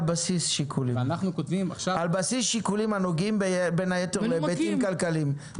בסיס שיקולים הנוגעים בין היתר להיבטים כלכליים,